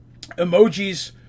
emojis